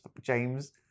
James